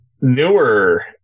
newer